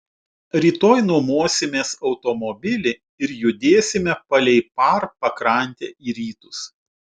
rytoj nuomosimės automobilį ir judėsime palei par pakrantę į rytus